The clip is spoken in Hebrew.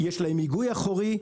יש להן היגוי אחורי,